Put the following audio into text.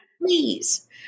Please